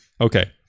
okay